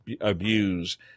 abuse